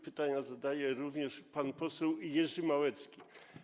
Pytanie zadaje również pan poseł Jerzy Małecki.